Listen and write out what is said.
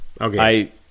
Okay